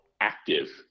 active